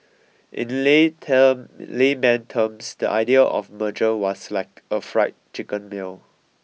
in the lay term layman terms the idea of merger was like a fried chicken meal